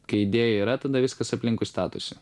kai idėjų yra tada viskas aplinkui statosi